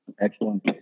Excellent